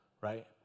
Right